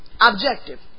Objective